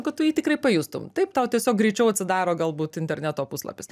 kad tu jį tikrai pajustum taip tau tiesiog greičiau atsidaro galbūt interneto puslapis